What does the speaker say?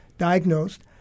diagnosed